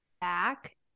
back